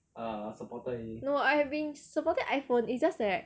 no I have been supporting iphone is just that